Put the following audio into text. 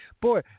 Boy